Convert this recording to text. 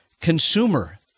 consumer